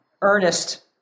Ernest